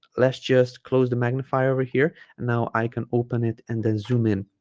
let's just close the magnifier over here and now i can open it and then zoom in